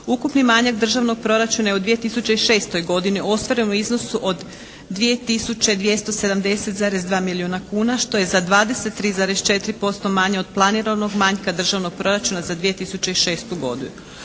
Ukupni manjak državnog proračuna je u 2006. godini ostvaren u iznosu od 2 tisuće 277,2 milijuna kuna što je za 23,4% manje od planiranog manjka državnog proračuna za 2006. godinu.